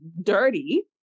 Dirty